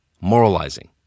moralizing